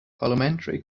parliamentary